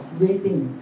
waiting